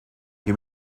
you